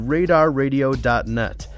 RadarRadio.net